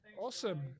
Awesome